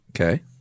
Okay